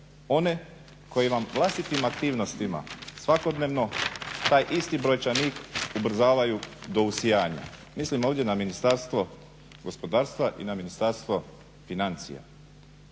one koji vam vlastitim aktivnostima svakodnevno taj isti brojčanik ubrzavaju do usijanja. Mislim ovdje na Ministarstvo gospodarstva i na Ministarstvo financija.